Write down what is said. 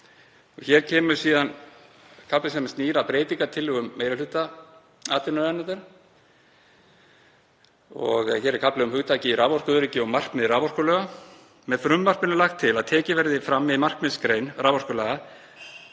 Hér kemur síðan kafli sem snýr að breytingartillögum meiri hluta atvinnuveganefndar og hér er kafli um hugtakið raforkuöryggi og markmið raforkulaga. Með frumvarpinu er lagt til að tekið verði fram í markmiðsgrein raforkulaga